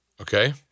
Okay